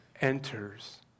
enters